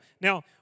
Now